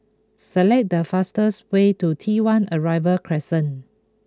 select the fastest way to T one Arrival Crescent